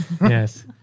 Yes